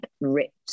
ripped